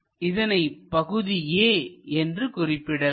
இதனை பகுதி A என்று குறிப்பிடலாம்